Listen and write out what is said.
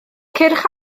cyrch